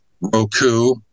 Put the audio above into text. Roku